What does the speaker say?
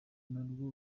narwo